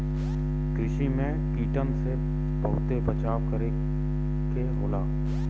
कृषि में कीटन से बहुते बचाव करे क होला